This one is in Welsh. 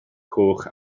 coch